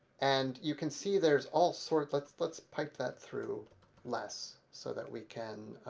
and you can see there's all sort let's let's pipe that through less so that we can